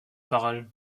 paroles